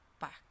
back